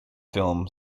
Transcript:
film